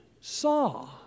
saw